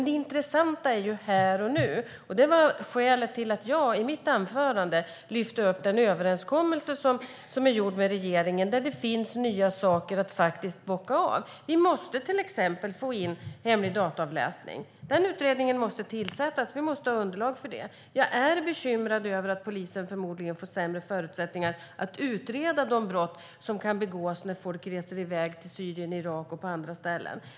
Det intressanta är dock här och nu, och det är skälet till att jag i mitt anförande lyfte upp den överenskommelse som är gjord med regeringen och där det finns nya saker att faktiskt bocka av. Vi måste till exempel få in hemlig dataavläsning. Den utredningen måste tillsättas, för vi måste ha underlag för det. Jag är bekymrad över att polisen förmodligen har fått sämre förutsättningar att utreda de brott som kan begås när folk reser iväg till Syrien, Irak och andra ställen.